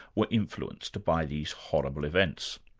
were influenced by these horrible events.